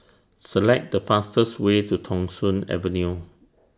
Select The fastest Way to Thong Soon Avenue